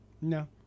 No